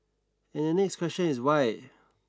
and the next question is why